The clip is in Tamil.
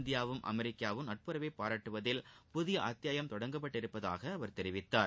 இந்தியா வும் அமெரிக்காவும் நட்புறவை பாராட்டுவதில் புதிய அத்தியாயம் தொடங்கப்பட்டு உள்ளதாக அவர் தெரிவித்தார்